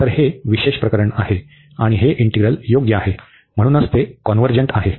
तर हे विशेष प्रकरण आहे आणि हे इंटीग्रल योग्य आहे आणि म्हणूनच ते कॉन्व्हर्जन्ट आहे